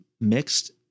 mixed